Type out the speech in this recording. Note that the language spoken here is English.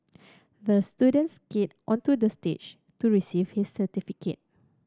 the students skated onto the stage to receive his certificate